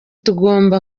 tugomba